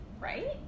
right